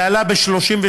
זה עלה ב-33%.